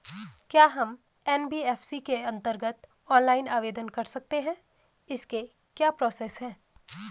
क्या हम एन.बी.एफ.सी के अन्तर्गत ऑनलाइन आवेदन कर सकते हैं इसकी क्या प्रोसेस है?